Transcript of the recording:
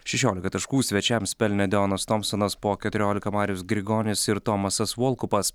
šešiolika taškų svečiams pelnė deonas tomsonas po keturiolika marius grigonis ir tomasas volkupas